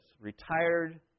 Retired